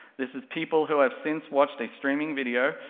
this is people who have since watched a streaming video,